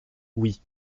oui